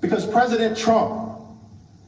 because president trump